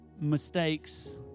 mistakes